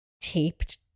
taped